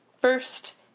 First